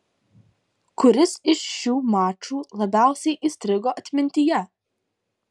kuris iš šių mačų labiausiai įstrigo atmintyje